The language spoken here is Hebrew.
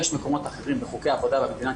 יש מקומות אחרים בחוקי עבודה במדינת